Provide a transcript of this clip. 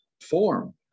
form